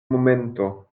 momento